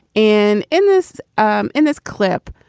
and in this um in this clip